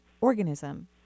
organism